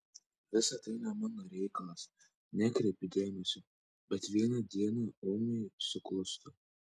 visa tai ne mano reikalas nekreipiu dėmesio bet vieną dieną ūmai suklūstu